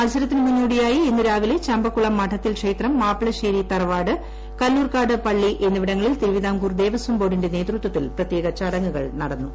മത്സരത്തിന് മുന്നോടിയായി ഇന്ന് രാവിലെ ചമ്പക്കുളം മഠത്തിൽ ക്ഷേത്രം മാപ്പളശ്ശേരി തറവാട് കല്ലൂർക്കാട് പള്ളി എന്നിവിടങ്ങളിൽ തിരുവിതാംകൂർ ദേവസ്വം ബോർഡിന്റെ നേതൃത്വത്തിൽ പ്രത്യേക ചടങ്ങുകൾ നടന്നു